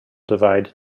divide